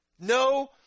No